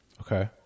Okay